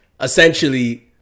essentially